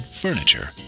furniture